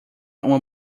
uma